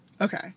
okay